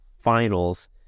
finals